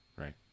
right